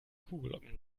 kuhglocken